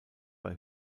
bei